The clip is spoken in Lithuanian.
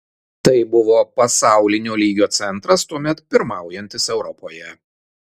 tai buvo pasaulinio lygio centras tuomet pirmaujantis europoje